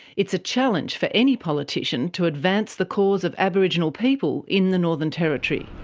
it's a challenge for any politician to advance the cause of aboriginal people in the northern territory.